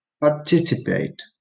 participate